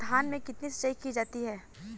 धान में कितनी सिंचाई की जाती है?